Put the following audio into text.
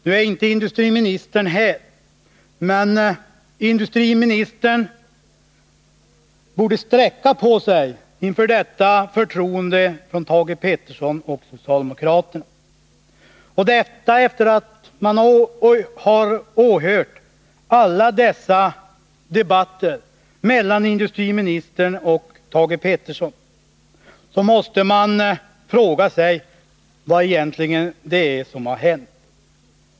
Nu är inte industriminister Åsling här, men han borde sträcka på sig inför detta förtroende från Thage Peterson och socialdemokraterna. Efter att ha åhört alla dessa debatter mellan industriministern och Thage Peterson måste man fråga sig vad som egentligen har hänt.